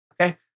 Okay